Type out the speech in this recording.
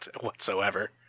whatsoever